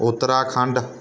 Uttarakhand